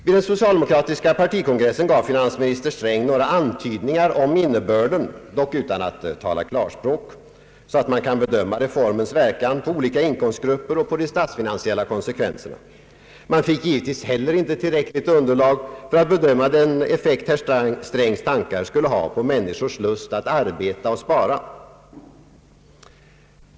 Vid den socialdemokratiska partikongressen gav finansminister Sträng några antydningar om innebörden, dock utan att tala klarspråk, så att man kan bedöma reformens verkan på olika inkomstgrupper och på de statsfinansiella konsekvenserna. Man fick givetvis inte heller tillräckligt underlag för att bedöma den effekt herr Strängs tankar skulle ha på människors lust att arbeta och spara.